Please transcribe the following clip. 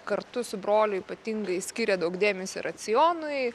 kartu su broliu ypatingai skiria daug dėmesio racionui